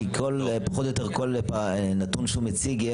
כי פחות או יותר על כל נתון שהוא מציג יהיו